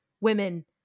women